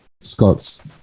Scott's